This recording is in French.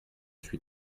suis